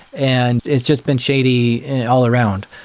and it's just been shady all around.